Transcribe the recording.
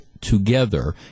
together